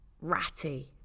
ratty